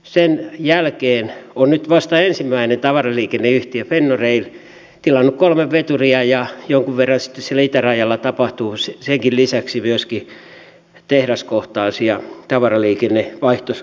sen jälkeen on nyt vasta ensimmäinen tavaraliikenneyhtiö fenniarail tilannut kolme veturia ja jonkun verran sitten siellä itärajalla tapahtuu senkin lisäksi myöskin tehdaskohtaisia tavaraliikennevaihtosuorituksia